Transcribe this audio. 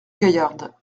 gaillarde